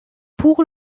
pour